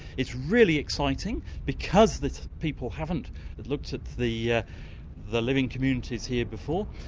it's really exciting because these people haven't looked at the yeah the living communities here before,